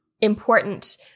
Important